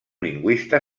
lingüista